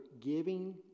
giving